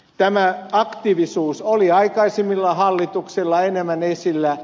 tämä aktiivisuus oli aikaisemmilla hallituksilla enemmän esillä